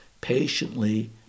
patiently